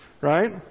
right